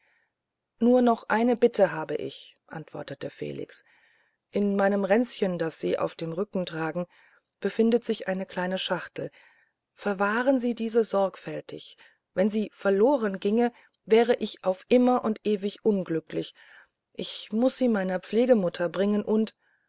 nur noch eine bitte habe ich antwortete felix in diesem ränzchen das sie auf dem rücken tragen befindet sich eine kleine schachtel verwahren sie diese sorgfältig wenn sie verlorenginge wäre ich auf immer und ewig unglücklich ich muß sie meiner pflegmutter bringen und